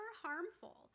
harmful